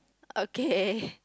okay